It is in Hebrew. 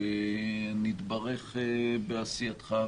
ונתברך בעשייתך,